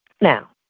Now